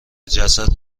جسد